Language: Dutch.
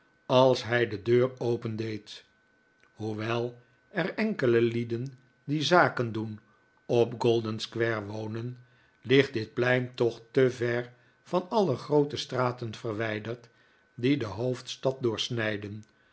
als hij de deur opendeed hoewel er enkele lieden die zaken doen op golden-square wonen ligt dit plein toch te ver van alle groote straten verwijderd die de hoofdstad doorsnijden